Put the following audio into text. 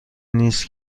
نیست